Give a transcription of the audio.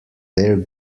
their